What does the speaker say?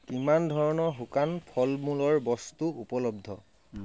কিমান ধৰণৰ শুকান ফল মূলৰ বস্তু উপলব্ধ